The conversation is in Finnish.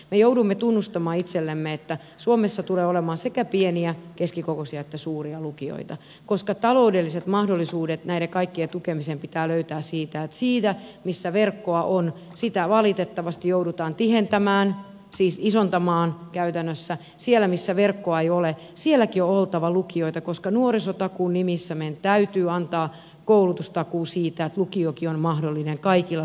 me joudumme tunnustamaan itsellemme että suomessa tulee olemaan sekä pieniä keskikokoisia että suuria lukioita koska taloudelliset mahdollisuudet näiden kaikkien tukemiseen pitää löytää siitä että siellä missä verkkoa on sitä valitettavasti joudutaan tihentämään siis isontamaan käytännössä ja sielläkin missä verkkoa ei ole on oltava lukioita koska nuorisotakuun nimissä meidän täytyy antaa koulutustakuu siitä että lukiokin on mahdollinen kaikilla suomalaisilla alueilla